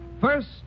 first